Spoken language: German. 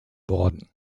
worden